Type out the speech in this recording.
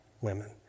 women